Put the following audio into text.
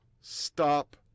stop